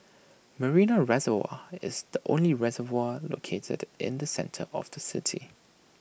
Marina Reservoir is the only reservoir located in the centre of the city